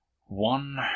One